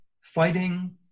fighting